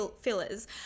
fillers